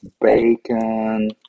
bacon